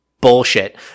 bullshit